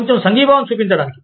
కొంచెం సంఘీభావం చూపించడానికి